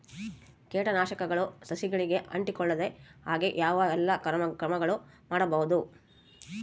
ಕೇಟನಾಶಕಗಳು ಸಸಿಗಳಿಗೆ ಅಂಟಿಕೊಳ್ಳದ ಹಾಗೆ ಯಾವ ಎಲ್ಲಾ ಕ್ರಮಗಳು ಮಾಡಬಹುದು?